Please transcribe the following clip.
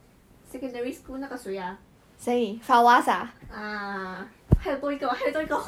err I think she's jealous of me ya